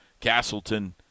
Castleton